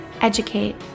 educate